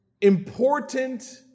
important